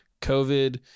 COVID